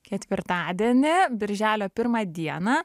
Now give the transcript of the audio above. ketvirtadienį birželio pirmą dieną